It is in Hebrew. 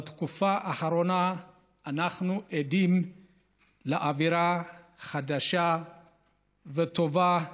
בתקופה האחרונה אנחנו עדים לאווירה חדשה וטובה,